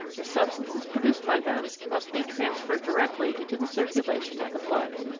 the substances produced by them must be trans ferred directly into the circulation of the blood.